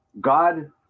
God